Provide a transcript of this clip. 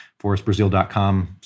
forestbrazil.com